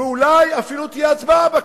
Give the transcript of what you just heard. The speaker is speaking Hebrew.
ואולי אפילו תהיה הצבעה בכנסת,